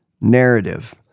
narrative